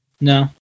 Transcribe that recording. No